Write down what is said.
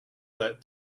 that